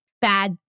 bad